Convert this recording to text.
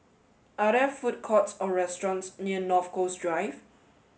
are there food courts or restaurants near North Coast Drive